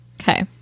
Okay